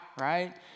right